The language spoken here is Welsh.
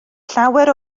llawer